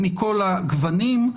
מכל הגוונים,